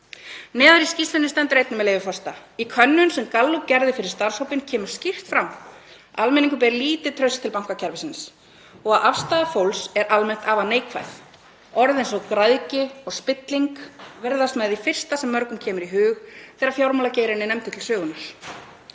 Neðar í skýrslunni stendur einnig, með leyfi forseta: „Í könnun sem Gallup gerði fyrir starfshópinn kemur skýrt fram að almenningur ber lítið traust til bankakerfisins og að afstaða fólks er almennt afar neikvæð. Orð eins og græðgi og spilling virðast með því fyrsta sem mörgum kemur í hug þegar fjármálageirinn er nefndur til sögunnar.